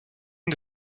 une